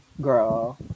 girl